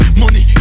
money